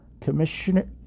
Commissioner